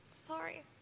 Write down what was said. sorry